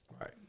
Right